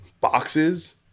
boxes